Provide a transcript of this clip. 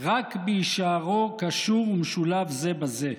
רק בהישארו קשור ומשולב זה בזה".